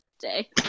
day